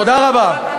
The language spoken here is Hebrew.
תודה רבה.